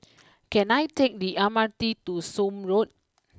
can I take the M R T to Somme Road